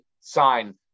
sign